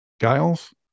Giles